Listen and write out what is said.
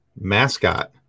mascot